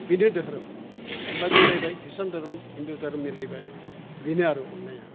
बेनो दोहोरोम होमब्ला मिलायबाय ख्रिस्टान दोरोम हिन्दु दोहोरोम मिलायबाय बेनो आरो अन्नाया